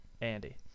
Andy